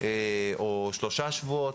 שלושה שבועות,